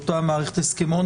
אותה מערכת הסכמון,